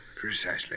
Precisely